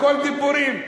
הכול דיבורים.